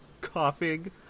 coughing